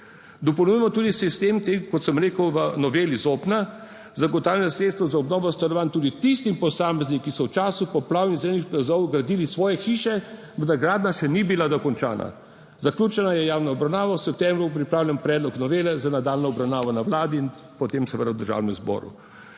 Dopolnjujemo tudi sistem kot sem rekel v noveli ZOPNN-a zagotavljanja sredstev za obnovo stanovanj, tudi tistim posameznikom, ki so v času poplav in zemlji plazov gradili svoje hiše, vendar gradnja še ni bila dokončana. Zaključena je javna obravnava. V septembru bo pripravljen predlog novele za nadaljnjo obravnavo na Vladi in potem seveda v Državnem zboru.